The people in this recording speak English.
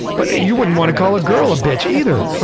but you wouldn't want to call a girl a bitch either.